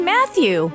Matthew